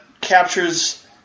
captures